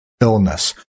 illness